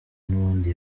n’ubundi